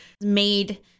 made